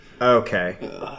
Okay